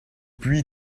pluie